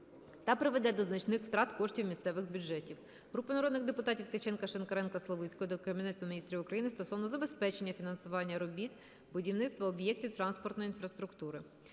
та приведе до значних втрат коштів місцевих бюджетів. Групи народних депутатів (Ткаченка, Шинкаренка, Славицької) до Кабінету Міністрів України стосовно забезпечення фінансування робіт з будівництва об'єктів транспортної інфраструктури.